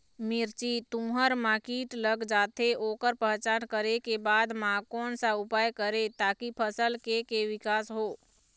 मिर्ची, तुंहर मा कीट लग जाथे ओकर पहचान करें के बाद मा कोन सा उपाय करें ताकि फसल के के विकास हो?